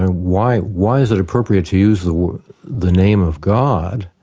ah why why is it appropriate to use the the name of god